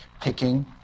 picking